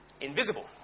Invisible